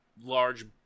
large